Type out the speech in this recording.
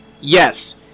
yes